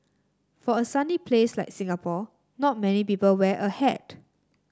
for a sunny place like Singapore not many people wear a hat